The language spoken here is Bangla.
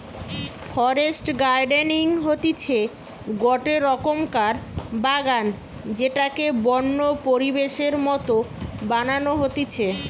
ফরেস্ট গার্ডেনিং হতিছে গটে রকমকার বাগান যেটাকে বন্য পরিবেশের মত বানানো হতিছে